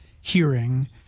hearing